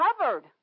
covered